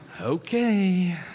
Okay